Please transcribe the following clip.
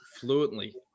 fluently